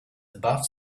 above